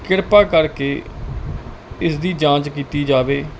ਕਿਰਪਾ ਕਰਕੇ ਇਸ ਦੀ ਜਾਂਚ ਕੀਤੀ ਜਾਵੇ